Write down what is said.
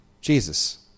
Jesus